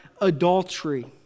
adultery